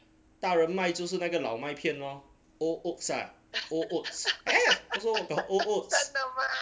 大人麦就是那个老麦片 lor old oats ah old oats ya also oats [what] old oats